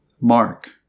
Mark